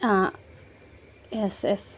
ആ yes yes